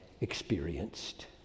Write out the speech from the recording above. experienced